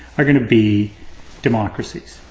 are going to be democracies.